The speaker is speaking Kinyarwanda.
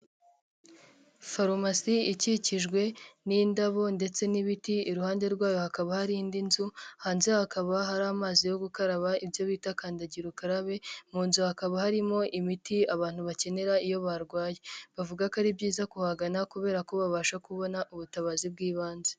Farumasi ikikijwe n'indabo ndetse n'ibiti, iruhande rwayo hakaba hari indi nzu, hanze hakaba hari amazi yo gukaraba, ibyo bita kandagira ukarabe, mu nzu hakaba harimo imiti, abantu bakenera iyo barwaye. Bavuga ko ari byiza kuhagana, kubera ko babasha kubona ubutabazi bw'ibanze iyo barwaye.